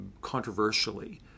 controversially